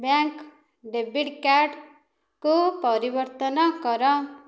bank debit card କୁ ପରିବର୍ତ୍ତନ କର